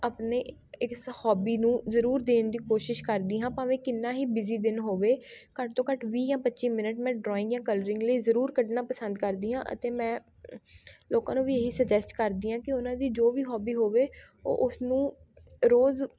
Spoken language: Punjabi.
ਆਪਣੇ ਇਸ ਹੋਬੀ ਨੂੰ ਜ਼ਰੂਰ ਦੇਣ ਦੀ ਕੋਸ਼ਿਸ਼ ਕਰਦੀ ਹਾਂ ਭਾਵੇਂ ਕਿੰਨਾ ਹੀ ਬਿਜ਼ੀ ਦਿਨ ਹੋਵੇ ਘੱਟ ਤੋਂ ਘੱਟ ਵੀਹ ਜਾਂ ਪੱਚੀ ਮਿੰਟ ਮੈਂ ਡਰੋਇੰਗ ਜਾਂ ਕਲਰਿੰਗ ਲਈ ਜ਼ਰੂਰ ਕੱਢਣਾ ਪਸੰਦ ਕਰਦੀ ਹਾਂ ਅਤੇ ਮੈਂ ਲੋਕਾਂ ਨੂੰ ਵੀ ਇਹੀ ਸੁਜੈਸਟ ਕਰਦੀ ਹਾਂ ਕਿ ਉਹਨਾਂ ਦੀ ਜੋ ਵੀ ਹੋਬੀ ਹੋਵੇ ਉਹ ਉਸਨੂੰ ਰੋਜ਼